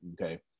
Okay